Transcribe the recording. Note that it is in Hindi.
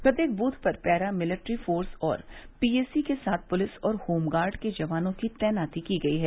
प्रत्येक बूथ पर पैरा मिलेट्री फोर्स और पीएसी के साथ पुलिस और होमगार्ड के जवानों की तैनाती की गयी है